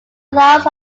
loss